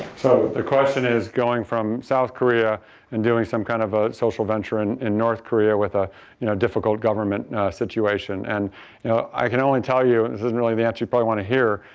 so, the question is going from south korea and doing some kind of ah social venture and in north korea with a you know difficult government situation, and i can only tell you, and this isn't really the answer you probably want to hear,